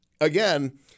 again